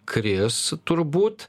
kris turbūt